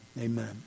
Amen